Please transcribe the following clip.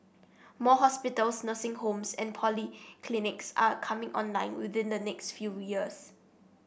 more hospitals nursing homes and polyclinics are coming online within the next few years